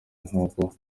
nkuko